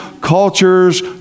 cultures